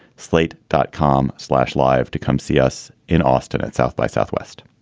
slate dot com slash live to come see us in austin at south by southwest.